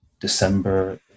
December